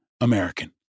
american